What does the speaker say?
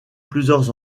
plusieurs